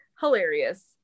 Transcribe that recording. Hilarious